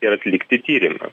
ir atlikti tyrimą